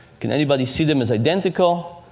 can anybody see them as identical?